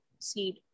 seed